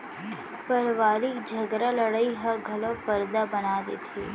परवारिक झगरा लड़ई ह घलौ परदा बना देथे